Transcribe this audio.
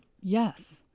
Yes